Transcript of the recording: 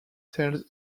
tells